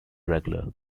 regular